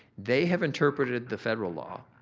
they have interpreted the federal law,